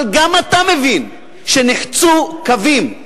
אבל גם אתה מבין שנחצו קווים,